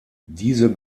diese